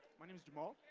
my name's jamal.